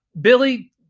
Billy